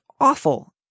awful